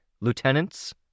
lieutenants